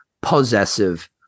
possessive